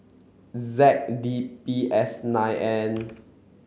Z D B S nine N